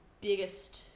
biggest